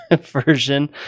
version